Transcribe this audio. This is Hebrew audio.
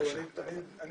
אני